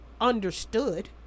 understood